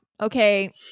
Okay